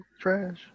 trash